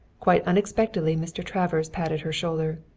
quite unexpectedly mr. travers patted her shoulder.